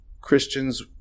Christians